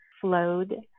flowed